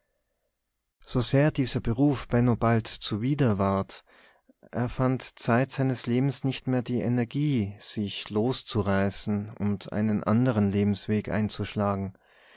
so sehr dieser beruf benno bald zuwider ward er fand zeit seines lebens nicht mehr die energie sich loszureißen und einen anderen lebensweg einzuschlagen